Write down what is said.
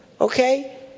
okay